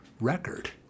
record